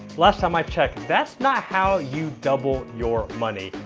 last time i checked, that's not how you double your money.